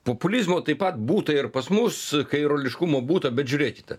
populizmo taip pat būta ir pas mus kairuoliškumo būta bet žiūrėkite